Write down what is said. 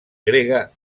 grega